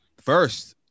First